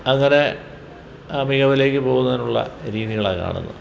അങ്ങനെ അ മികവിലേക്ക് പോകുന്നതിനുള്ള രീതികളാണു കാണുന്നത്